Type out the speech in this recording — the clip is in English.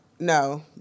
No